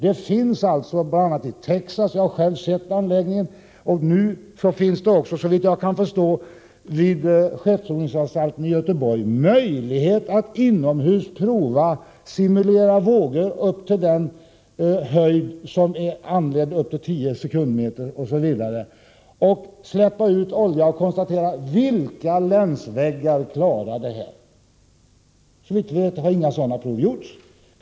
Det finns anläggningar bl.a. i Texas — den har jag själv sett — och nu lär det också vid skepprovningsanstalten i Göteborg finnas en möjlighet att inomhus simulera vågor upp till den höjd som är aktuell för vindstyrkor upp till 10 meter per sekund och sedan släppa ut olja och konstatera vilka länsväggar som klarar detta. Såvitt jag vet har inga sådana prov utförts.